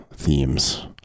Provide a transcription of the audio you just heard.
themes